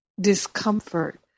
discomfort